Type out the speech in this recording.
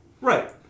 right